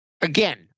Again